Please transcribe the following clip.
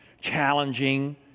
challenging